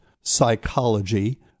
psychology